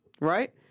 right